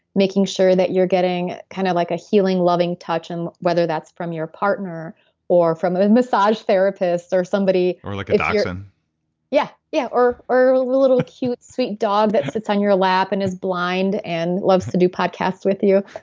making sure that you're getting kind of like a healing, loving touch and whether that's from your partner or from a massage therapist or somebody or like a dachshund yeah. yeah or or a little cute, sweet dog that sits on your lap and is blind and loves to do podcasts with you.